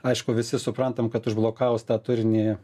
aišku visi suprantam kad užblokavus tą turinį